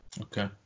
Okay